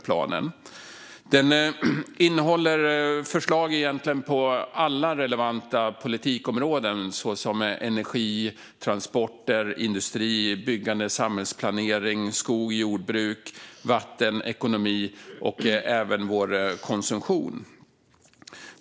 Planen innehåller förslag på egentligen alla relevanta politikområden såsom energi, transporter, industri, byggande, samhällsplanering, skog, jordbruk, vatten, ekonomi och även vår konsumtion.